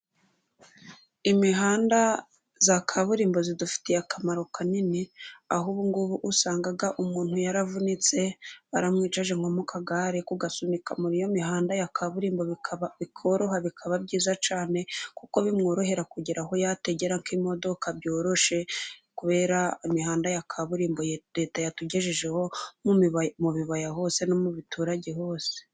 Imihanda ya kaburimbo idufitiye akamaro kanini, aho ubungubu usanga umuntu yaravunitse baramwicaje nko mu kagare, kugasunika muri iyo mihanda ya kaburimbo bikoroha bikaba byiza cyane, kuko bimworohera kugera aho yategera imodoka byoroshye kubera imihanda ya kaburimbo Leta yatugejejeho nko mu bibaya hose no mu biturage hose.